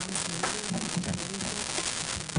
הישיבה ננעלה בשעה 10:54.